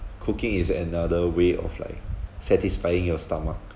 cooking is another way of like satisfying your stomach